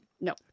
No